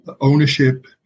ownership